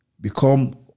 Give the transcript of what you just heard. become